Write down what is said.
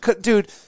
Dude